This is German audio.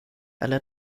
aller